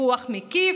סיפוח מקיף,